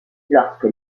lorsque